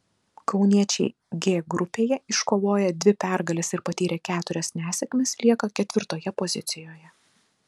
kauniečiai g grupėje iškovoję dvi pergales ir patyrę keturias nesėkmes lieka ketvirtoje pozicijoje